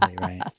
right